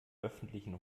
öffentlichen